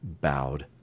bowed